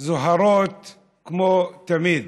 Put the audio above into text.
זוהרות כמו תמיד.